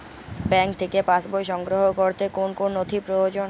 Bank থেকে pass বই সংগ্রহ করতে কোন কোন নথি প্রয়োজন?